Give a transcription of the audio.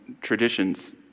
traditions